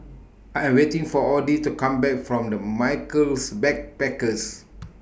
I Am waiting For Odie to Come Back from The Michaels Backpackers